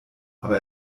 aber